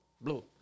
blue